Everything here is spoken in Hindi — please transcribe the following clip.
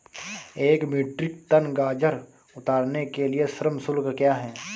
एक मीट्रिक टन गाजर उतारने के लिए श्रम शुल्क क्या है?